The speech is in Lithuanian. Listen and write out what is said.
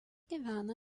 gyvena